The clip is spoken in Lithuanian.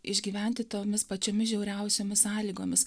išgyventi tomis pačiomis žiauriausiomis sąlygomis